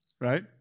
right